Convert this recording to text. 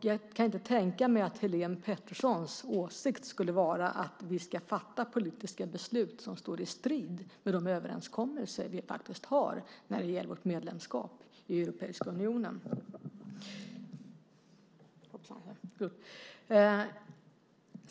Jag kan inte tänka mig att Helene Peterssons åsikt är att vi ska fatta politiska beslut som står i strid med de överenskommelser som vi faktiskt har när det gäller vårt medlemskap i Europeiska unionen.